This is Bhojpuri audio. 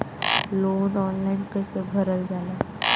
लोन ऑनलाइन कइसे भरल जाला?